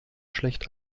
schlecht